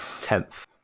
Tenth